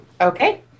Okay